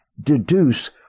deduce